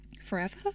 forever